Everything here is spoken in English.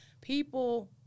People